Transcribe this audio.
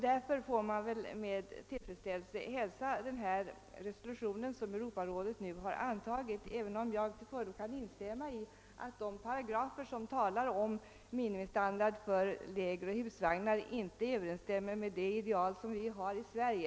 Därför får vi väl med tillfredsställelse hälsa den resolution som Europarådet nu har antagit — även om jag till fullo kan instämma i uppfattningen att de paragrafer som talar om minimistandard för läger och husvagnar inte överensstämmer med det ideal vi har i Sverige.